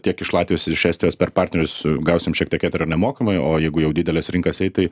tiek iš latvijos ir iš estijos per partnerius gausim šiek tiek eterio nemokamai o jeigu jau dideles rinkas eit tai